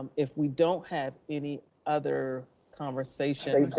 if we don't have any other conversations,